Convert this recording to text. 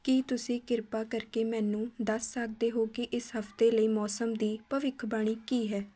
ਕੀ ਤੁਸੀਂ ਕਿਰਪਾ ਕਰਕੇ ਮੈਨੂੰ ਦੱਸ ਸਕਦੇ ਹੋ ਕਿ ਇਸ ਹਫ਼ਤੇ ਲਈ ਮੌਸਮ ਦੀ ਭਵਿੱਖਬਾਣੀ ਕੀ ਹੈ